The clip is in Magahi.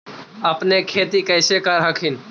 अपने खेती कैसे कर हखिन?